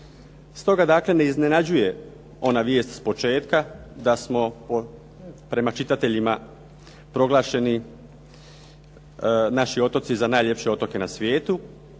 Stoga dakle ne iznenađuje ona vijest s početka da smo prema čitateljima, proglašeni naši otoci za najljepše otoke na svijetu,